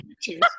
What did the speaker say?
Cheers